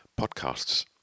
podcasts